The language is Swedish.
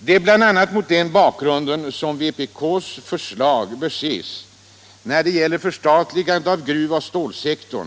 Det är bl.a. mot den bakgrunden som vpk:s förslag bör ses när det gäller förstatligande av gruvoch stålsektorn,